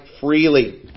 freely